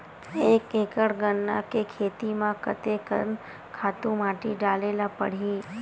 एक एकड़ गन्ना के खेती म कते कन खातु माटी डाले ल पड़ही?